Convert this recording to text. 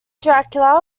dracula